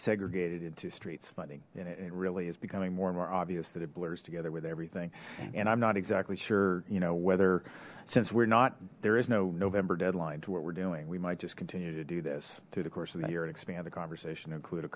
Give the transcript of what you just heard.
segregated into streets funding in it really is becoming more and more obvious that it blurs together with everything and i'm not exactly sure you know whether since we're not there is no november deadline to what we're doing we might just continue to do this through the course of the year and expand the conversation to include